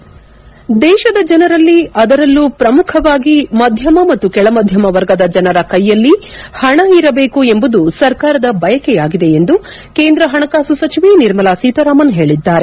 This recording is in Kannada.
ಹೆಡ್ ದೇಶದ ಜನರಲ್ಲಿ ಅದರಲ್ಲೂ ಪ್ರಮುಖವಾಗಿ ಮಧ್ವಮ ಮತ್ತು ಕೆಳಮಧ್ವಮ ವರ್ಗದ ಜನರ ಕೈಯಲ್ಲಿ ಹಣ ಇರಬೇಕು ಎಂಬುದು ಸರ್ಕಾರದ ಬಯಕೆಯಾಗಿದೆ ಎಂದು ಕೇಂದ್ರ ಹಣಕಾಸು ಸಚಿವೆ ನಿರ್ಮಲಾ ಸೀತಾರಾಮನ್ ಹೇಳಿದ್ದಾರೆ